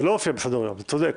זה לא הופיע בסדר-היום, אתה צודק,